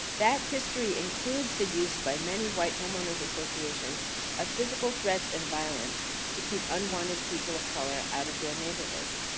that history includes the use by many white homeowner's associations of physical threats and violence to keep unwanted people of color out of their neighborhoods.